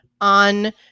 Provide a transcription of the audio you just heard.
on